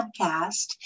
podcast